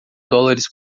dólares